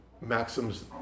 maxims